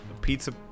pizza